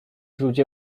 ludzie